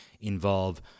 involve